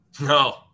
No